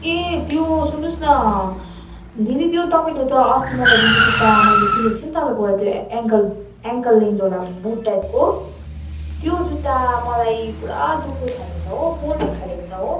ए त्यो सुन्नुहोस् न दिदी त्यो तपाईँले त अस्ति मलाई जुन चाहिँ जुत्ता मैले किनेको थिएँ नि तपाईँकोबाट त्यो एङ्कल एङ्कल लेन्थवला बुट टाइपको त्यो जुत्ता मलाई पुरा दुख्नु थालेको छ हो पोल्नु थालेको छ हो